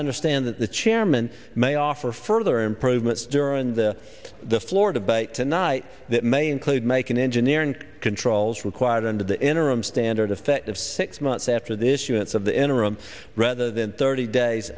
i understand that the chairman may offer further improvements during the the floor debate tonight that may include make an engineering controls required under the interim standard effective six months after this units of the interim rather than thirty days